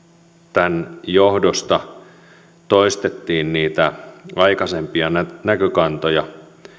tämän johdosta toistettiin niitä aikaisempia näkökantoja